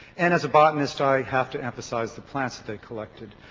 and as a botanist i have to emphasize the plants that they collected.